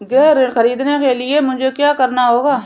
गृह ऋण ख़रीदने के लिए मुझे क्या करना होगा?